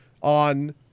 on